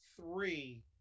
three